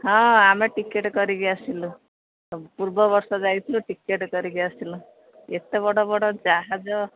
ହଁ ଆମେ ଟିକେଟ୍ କରିକି ଆସିଲୁ ପୂର୍ବ ବର୍ଷ ଯାଇଥିଲୁ ଟିକେଟ୍ କରିକି ଆସିଲୁ ଏତେ ବଡ଼ ବଡ଼ ଯାହାଜ